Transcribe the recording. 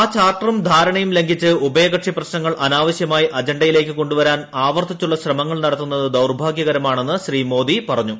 ആ ചാർട്ടറും ധാരണയും ലംഘിച്ച് ഉഭയകക്ഷി പ്രശ്നങ്ങൾ അനാവശ്യമായി അജണ്ടയിലേക്ക് കൊണ്ടുവരാൻ ആവർത്തിച്ചുള്ള ശ്രമങ്ങൾ നടത്തുന്നത് ദൌർഭാഗ്യകരമാണെന്ന് മോദി പറഞ്ഞു